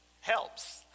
helps